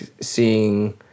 seeing